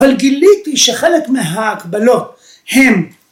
אבל גיליתי שחלק מההקבלות הם